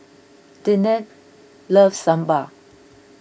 Deante loves Sambar